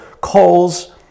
calls